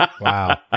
Wow